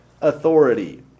authority